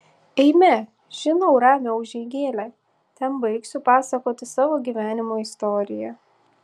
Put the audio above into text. eime žinau ramią užeigėlę ten baigsiu pasakoti savo gyvenimo istoriją